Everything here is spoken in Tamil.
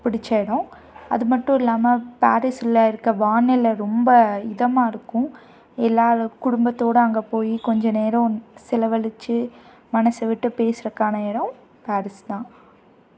பிடிச்ச எடம் அது மட்டும் இல்லாமல் பாரிஸ்ல இருக்க வானிலை ரொம்ப இதமாக இருக்கும் எல்லோரும் குடும்பத்தோடு அங்கே போய் கொஞ்சம் நேரம் செலவழித்து மனசு விட்டு பேசுறதுக்கான எடம் பேரிஸ் தான்